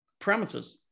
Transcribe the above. parameters